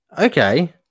Okay